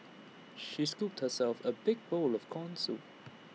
she scooped herself A big bowl of Corn Soup